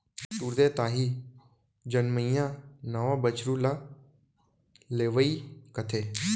तुरते ताही जनमइया नवा बछरू ल लेवई कथें